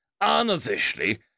Unofficially